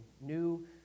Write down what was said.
new